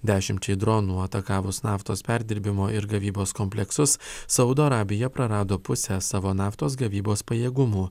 dešimčiai dronų atakavus naftos perdirbimo ir gavybos kompleksus saudo arabija prarado pusę savo naftos gavybos pajėgumų